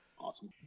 awesome